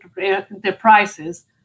enterprises